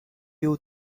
you